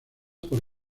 por